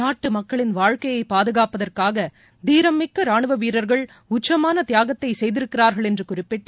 நாட்டு மக்களின் வாழ்க்கையை பாதுகாப்பதற்காக தீரம் மிக்க ராணுவ வீரர்கள் உச்சமான தியாகத்தை செய்திருக்கிறார்கள் என்று குறிப்பிட்டு